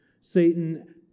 Satan